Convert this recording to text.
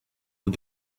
but